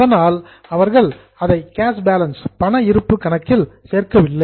அதனால் அவர்கள் அதை கேஷ் பேலன்ஸ் பண இருப்பு கணக்கில் சேர்க்கவில்லை